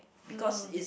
no